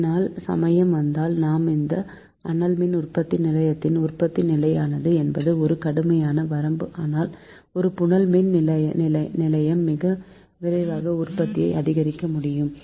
பின்னால் சமயம் வந்தால் நான் இந்த அனல் மின் உற்பத்தி நிலையத்தின் உற்பத்தி நிலையானது என்பது ஒரு கடுமையான வரம்பு ஆனால் ஒரு புனல் மின் நிலையம் மிக விரைவாக உற்பத்தியை அதிகரிக்க முடியும்